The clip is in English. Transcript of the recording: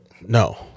No